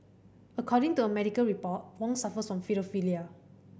according to a medical report Wong suffers from paedophilia